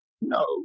No